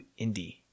indie